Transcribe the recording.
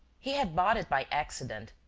he had bought it by accident,